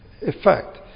effect